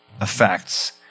effects